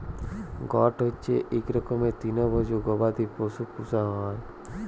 goat হচ্যে ইক রকমের তৃলভজী গবাদি পশু পূষা হ্যয়